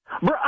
Bro